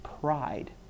pride